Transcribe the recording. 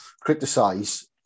criticise